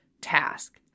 task